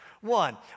One